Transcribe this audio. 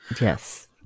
Yes